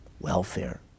welfare